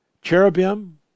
cherubim